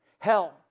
Hell